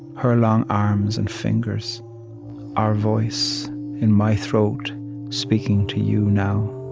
her long arms and fingers our voice in my throat speaking to you now.